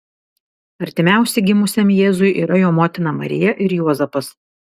artimiausi gimusiam jėzui yra jo motina marija ir juozapas